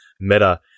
meta